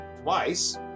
twice